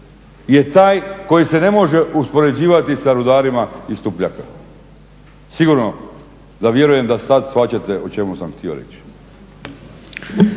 je taj koji se ne može uspoređivati sa rudarima iz Tupljaka. Sigurno da vjerujem da sad shvaćate o čemu sam htio reći.